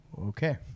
Okay